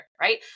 right